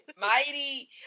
mighty